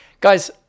Guys